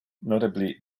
notably